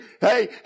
Hey